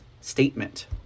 statement